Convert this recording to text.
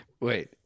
Wait